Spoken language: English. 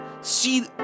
see